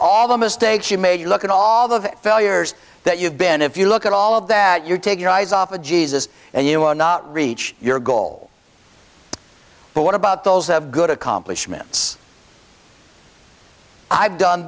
all the mistakes you made you look at all the failures that you've been if you look at all of that you take your eyes off of jesus and you will not reach your goal but what about those of good accomplishments i've done